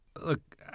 Look